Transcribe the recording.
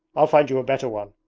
i'll find you a better one.